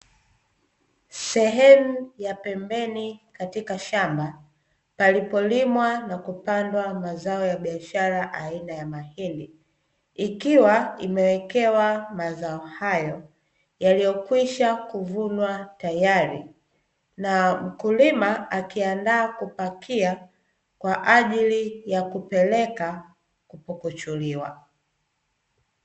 Sehemu ya pembeni katika shamba palipolimwa na kupandwa mazao ya biashara aina ya mahindi ikiwa imewekewa mazao hayo, yaliyokwisha kuvunwa tayari, na mkulima akiandaa kupakia kwa ajili ya kupeleka kupukuchuliwa.